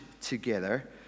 together